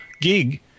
gig